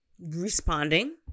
responding